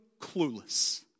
clueless